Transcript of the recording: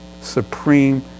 supreme